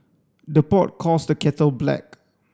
the pot calls the kettle black